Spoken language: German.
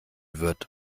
wird